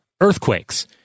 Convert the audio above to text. Earthquakes